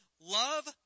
love